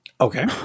Okay